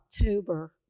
October